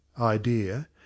idea